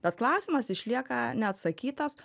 bet klausimas išlieka neatsakytas